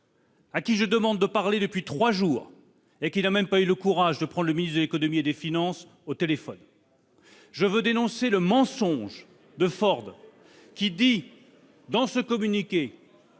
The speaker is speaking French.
à qui je demande de parler depuis trois jours et qui n'a même pas eu le courage de prendre le ministre de l'économie et des finances au téléphone. Je veux dénoncer le mensonge de Ford qui dit, dans ce communiqué,